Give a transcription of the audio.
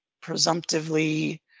presumptively